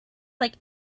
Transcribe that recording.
like